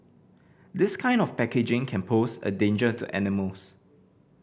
this kind of packaging can pose a danger to animals